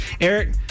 Eric